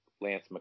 Lance